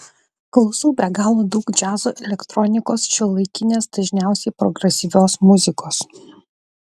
klausau be galo daug džiazo elektronikos šiuolaikinės dažniausiai progresyvios muzikos